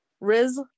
Riz